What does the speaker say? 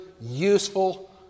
useful